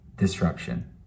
disruption